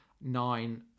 nine